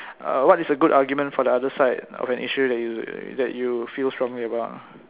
err what is a good argument for the other side of an issue that you that you feel strongly about